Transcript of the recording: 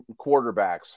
quarterbacks